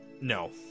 No